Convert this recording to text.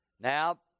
Now